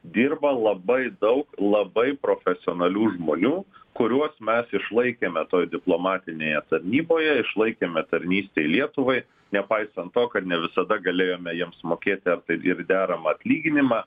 dirba labai daug labai profesionalių žmonių kuriuos mes išlaikėme toj diplomatinėje tarnyboje išlaikėme tarnystei lietuvai nepaisant to kad ne visada galėjome jiems mokėti ar ir deramą atlyginimą